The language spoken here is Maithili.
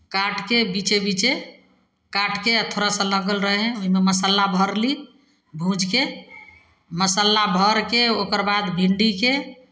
काटि कऽ बीचे बीचे काटि कऽ आ थोड़ा सा लागल रहै हइ ओहिमे मसाला भरली भूजि कऽ मसाला भरि कऽ ओकर बाद भिंडीके